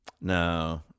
No